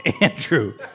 Andrew